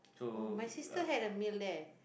oh my sister had a meal there